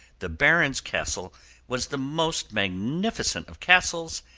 the baron's castle was the most magnificent of castles,